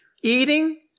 Eating